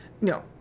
No